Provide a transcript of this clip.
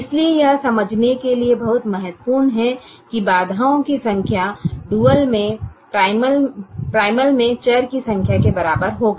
इसलिए यह समझने के लिए बहुत महत्वपूर्ण है कि बाधाओं की संख्या डुअल में प्राइमल में चर की संख्या के बराबर होगी